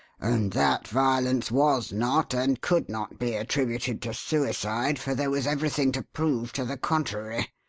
and that violence was not, and could not be, attributed to suicide, for there was everything to prove to the contrary.